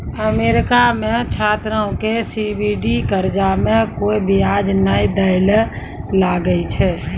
America मे छात्रो के सब्सिडी कर्जा मे कोय बियाज नै दै ले लागै छै